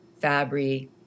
Fabry